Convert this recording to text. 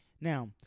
Now